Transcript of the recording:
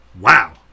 Wow